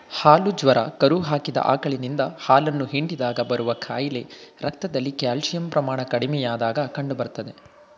ಹಾಲು ಜ್ವರ ಕರು ಹಾಕಿದ ಆಕಳಿನಿಂದ ಹಾಲನ್ನು ಹಿಂಡಿದಾಗ ಬರುವ ಕಾಯಿಲೆ ರಕ್ತದಲ್ಲಿ ಕ್ಯಾಲ್ಸಿಯಂ ಪ್ರಮಾಣ ಕಡಿಮೆಯಾದಾಗ ಕಂಡುಬರ್ತದೆ